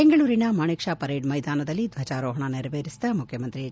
ಬೆಂಗಳೂರಿನ Manekshaw parade ಮೈದಾನದಲ್ಲಿ ಧ್ವಜಾರೋಹಣ ನೆರವೇರಿಸಿದ ಮುಖ್ಯಮಂತ್ರಿ ಎಚ್